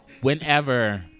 whenever